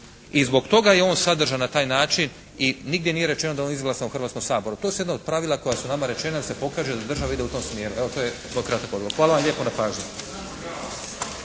i zbog toga je on sadržan na taj način i nigdje nije rečeno da je on izglasan u Hrvatskom saboru. to su jedna od pravila koja su nama rečena da se pokaže da država ide u tom smjeru. Evo to je vrlo kratak odgovor. Hvala vam lijepo na pažnji.